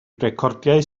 recordiau